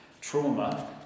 trauma